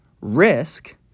risk